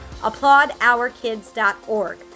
applaudourkids.org